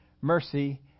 mercy